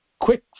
quick